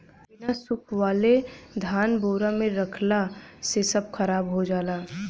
बिना सुखवले धान बोरा में रखला से सब खराब हो जाला